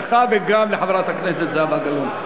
לך וגם לחברת הכנסת זהבה גלאון.